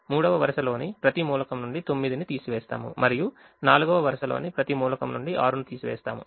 3వ వరుసలోని ప్రతి మూలకం నుండి 9ను తీసివేస్తాము మరియు 4వ వరుసలోని ప్రతి మూలకం నుండి 6ను తీసివేస్తాము